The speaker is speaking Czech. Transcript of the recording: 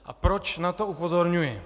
A proč na to upozorňuji.